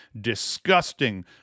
disgusting